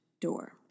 door